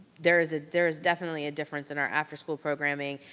there is ah there is definitely a difference in our after school programming.